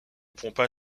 pompage